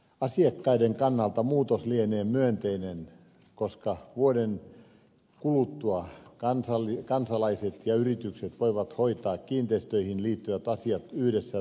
asiakkaiden kannalta muutos lienee myönteinen koska vuoden kuluttua kansalaiset ja yritykset voivat hoitaa kiinteistöihin liittyvät asiat yhdessä toimipisteessä